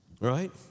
right